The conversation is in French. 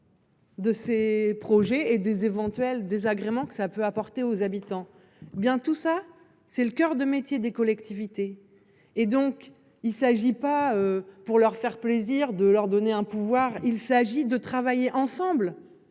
De ces projets et des éventuels désagréments que ça peut apporter aux habitants bien tout ça c'est le coeur de métier des collectivités et donc il s'agit pas pour leur faire plaisir, de leur donner un pouvoir, il s'agit de travailler ensemble